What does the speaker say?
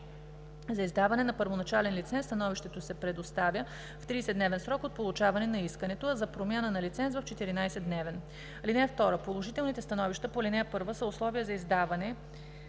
За издаване на първоначален лиценз становището се предоставя в 30-дневен срок от получаване на искането, а за промяна на лиценз в 14-дневен. (2) Положителните становища по ал. 1 са условие за издаване,